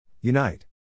Unite